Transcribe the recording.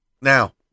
Now